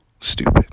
stupid